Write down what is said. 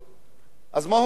אז מה הוא מבקש בזה?